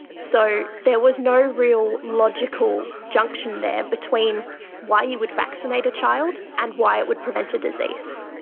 so there was no real logical junction there between why you would vaccinate a child and why it would prevent a disease.